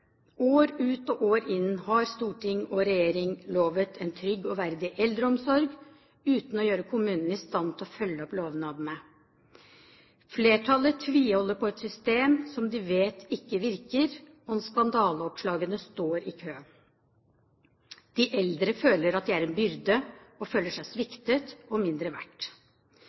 År ut og år inn har storting og regjering lovet en trygg og verdig eldreomsorg, uten å gjøre kommunene i stand til å følge opp lovnadene. Flertallet tviholder på et system som de vet ikke virker, og skandaleoppslagene står i kø. De eldre føler at de er en byrde, og føler seg sviktet og mindre